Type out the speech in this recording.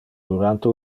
durante